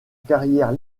carrière